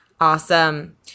Awesome